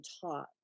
taught